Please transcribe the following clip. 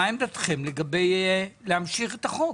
מה עמדתכם לגבי להמשיך את החוק?